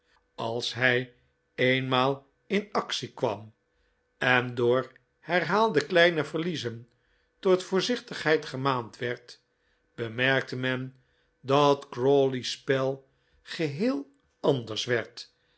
als hij eenmaal in actie kwam en door herhaalde kleine verliezen tot voorzichtigheid gemaand werd bemerkte men dat crawley's spel geheel anders werd